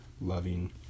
loving